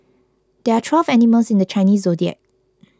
there are twelve animals in the Chinese zodiac